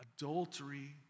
Adultery